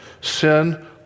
Sin